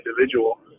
individual